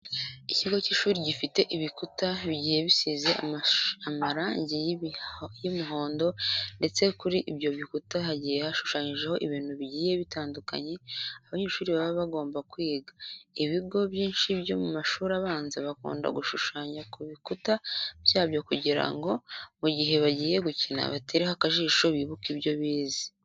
Ikigo cy'ishuri gifite ibikuta bigiye bisize amarangi y'umuhondo ndetse kuri ibyo bikuta hagiye hashushanyijeho ibintu bigiye bitandukanye abanyeshuri baba bagomba kwiga. Ibigo byinshi byo mu mashuri abanza bakunda gushushanya ku bikuta byabyo kugira no mu gihe bagiye gukina batereho akajisho bibike ibyo bize.